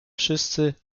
wszyscy